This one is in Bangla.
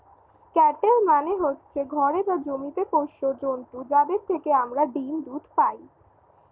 ক্যাটেল মানে হচ্ছে ঘরে বা জমিতে পোষ্য জন্তু যাদের থেকে আমরা ডিম, দুধ পাই